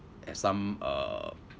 have some uh